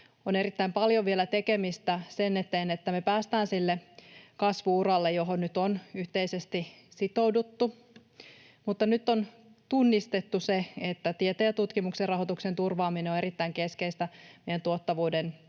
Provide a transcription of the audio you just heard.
On erittäin paljon vielä tekemistä sen eteen, että me päästään sille kasvu-uralle, johon nyt on yhteisesti sitouduttu, mutta nyt on tunnistettu se, että tieteen ja tutkimuksen rahoituksen turvaaminen on erittäin keskeistä meidän talouden